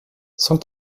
cent